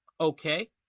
Okay